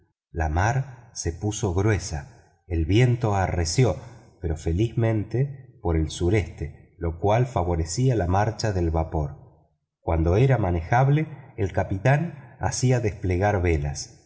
la mar se puso gruesa el viento arreció pero felizmente por el sureste lo cual favorecía la marcha del vapor cuando era manejable el capitán hacía desplegar velas